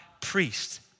priest